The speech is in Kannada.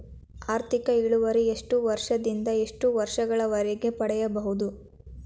ಆರ್ಥಿಕ ಇಳುವರಿ ಎಷ್ಟು ವರ್ಷ ದಿಂದ ಎಷ್ಟು ವರ್ಷ ಗಳವರೆಗೆ ಪಡೆಯಬಹುದು?